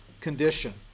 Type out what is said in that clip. condition